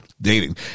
dating